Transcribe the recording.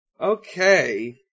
Okay